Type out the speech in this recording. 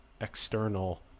external